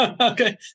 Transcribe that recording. Okay